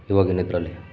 ಇವಾಗಿನ ಇದರಲ್ಲಿ